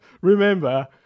remember